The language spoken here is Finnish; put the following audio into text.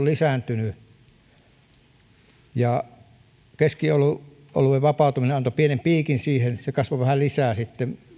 lisääntynyt keskioluen vapautuminen antoi pienen piikin siihen ja se kasvoi vähän lisää sitten